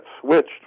switched